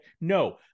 No